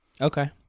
okay